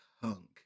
hunk